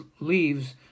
leaves